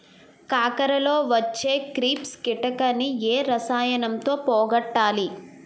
కాకరలో వచ్చే ట్రిప్స్ కిటకని ఏ రసాయనంతో పోగొట్టాలి?